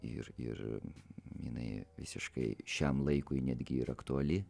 ir ir jinai visiškai šiam laikui netgi ir aktuali